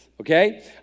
Okay